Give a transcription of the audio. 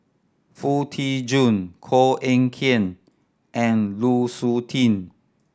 Foo Tee Jun Koh Eng Kian and Lu Suitin